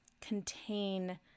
contain